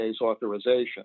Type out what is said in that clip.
authorization